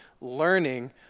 learning